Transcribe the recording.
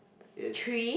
is